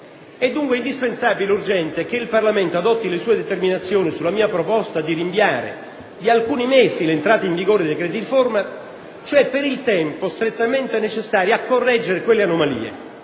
È dunque indispensabile e urgente che il Parlamento adotti le sue determinazioni sulla mia proposta di rinviare di alcuni mesi l'entrata in vigore dei decreti di riforma, cioè per il tempo strettamente necessario a correggere quelle anomalie